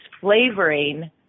flavoring